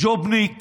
ג'ובניק